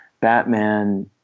Batman